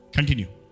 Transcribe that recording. Continue